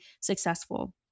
successful